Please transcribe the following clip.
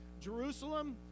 Jerusalem